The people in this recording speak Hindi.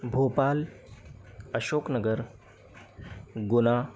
भोपाल अशोक नगर गुना